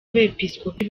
abepiskopi